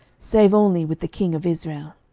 save only with the king of israel.